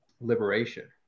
liberation